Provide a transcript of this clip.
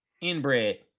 Inbred